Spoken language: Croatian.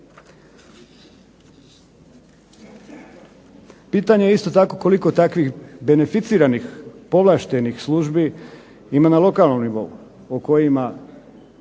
Pitanje isto tako koliko takvih beneficiranih, povlaštenih službi ima na lokalnom nivou o kojima